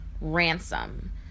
ransom